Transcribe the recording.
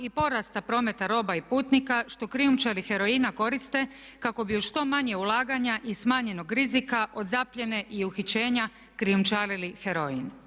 i porasta prometa roba i putnika što krijumčari heroina koriste kako bi uz što manje ulaganja i smanjenog rizika od zapljene i uhićenja krijumčarili heroin.